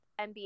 nba